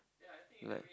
like